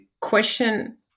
question